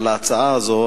על ההצעה הזאת,